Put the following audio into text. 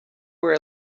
were